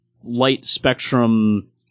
light-spectrum